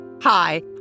Hi